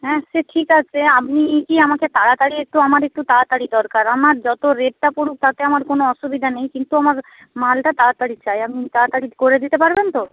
হ্যাঁ সে ঠিক আছে আপনি কি আমাকে তাড়াতাড়ি একটু আমার একটু তাড়াতাড়ি দরকার আমার যত রেটটা পড়ুক তাতে আমার কোনো অসুবিধা নেই কিন্তু আমার মালটা তাড়াতাড়ি চাই আপনি তাড়াতাড়ি করে দিতে পারবেন তো